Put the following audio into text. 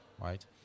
right